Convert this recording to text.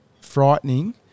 frightening